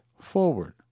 forward